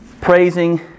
praising